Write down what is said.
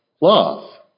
love